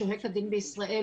השוהה כדין בישראל,